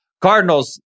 Cardinals